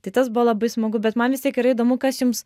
tai tas buvo labai smagu bet man vis tiek yra įdomu kas jums